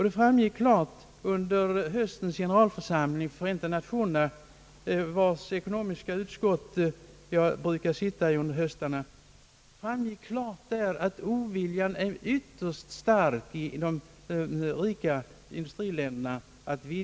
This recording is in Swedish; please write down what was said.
Det framgick klart under höstens generalförsamling i Förenta Nationerna, i vars ekonomiska utskott jag brukar sitta varje höst, att oviljan mot att vidga hjälpen över FN-familjen är ytterst stark i industriländerna.